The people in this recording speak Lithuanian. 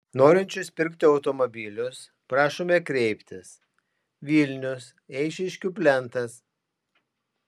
norinčius pirkti automobilius prašome kreiptis vilnius eišiškių plentas